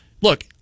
Look